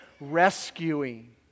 rescuing